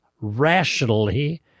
rationally